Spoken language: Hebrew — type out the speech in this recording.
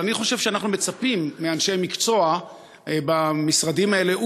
אבל אני חושב שאנחנו מצפים מאנשי מקצוע במשרדים האלה,